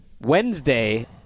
Wednesday